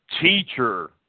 teacher